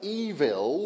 evil